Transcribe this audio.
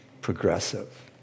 Progressive